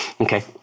Okay